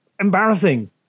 Embarrassing